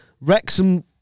Wrexham